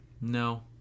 no